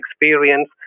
experience